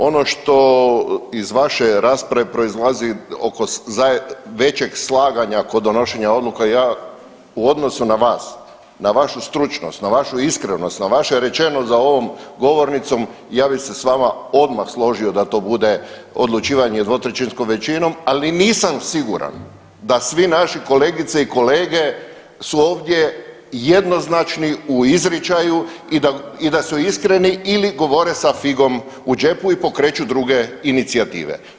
Ono što iz vaše rasprave proizlazi oko većeg slaganja kod donošenja odluka ja u odnosu na vas, na vašu stručnost, na vašu iskrenost, na vaše rečeno za ovom govornicom ja bih se s vama odmah složio da to bude odlučivanje 2/3 većinom ali nisam siguran da svi naši kolegice i kolege su ovdje jednoznačni u izričaju i da su iskreni ili govore sa figom u džepu i pokreću druge inicijative.